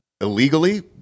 illegally